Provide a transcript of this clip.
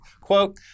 Quote